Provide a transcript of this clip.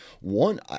One